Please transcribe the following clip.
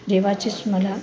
देवाचीच मला